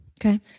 okay